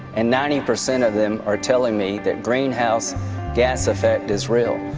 and ninety percent of them are telling me that greenhouse gas effect is real.